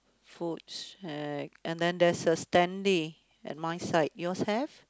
food shack and then there's a standy at my side yours have